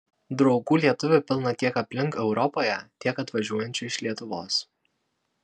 draugų lietuvių pilna tiek aplink europoje tiek atvažiuojančių iš lietuvos